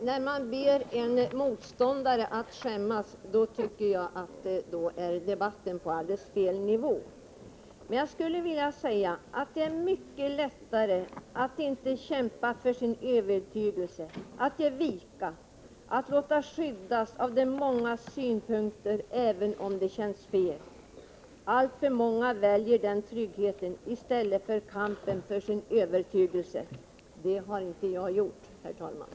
Herr talman! När man ber en motståndare att skämmas, då är debatten på fel nivå. Jag skulle vilja säga att det är mycket lättare att inte kämpa för sin övertygelse, att ge vika, att låta sig skyddas av de mångas synpunkter även om det känns fel. Alltför många väljer den tryggheten i stället för kampen för sin övertygelse. Det har inte jag gjort, herr talman!